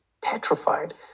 petrified